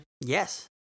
yes